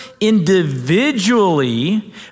individually